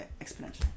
exponential